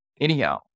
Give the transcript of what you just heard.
Anyhow